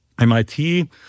mit